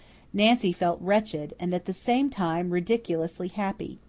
nancy felt wretched and, at the same time, ridiculously happy.